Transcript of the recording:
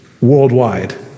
worldwide